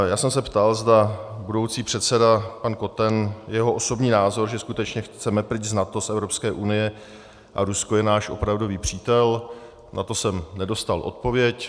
Já jsem se ptal, zda budoucí předseda pan Koten, jeho osobní názor, zda skutečně chceme pryč z NATO, z Evropské unie a Rusko je náš opravdový přítel, na to jsem nedostal odpověď.